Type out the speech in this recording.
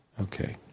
Okay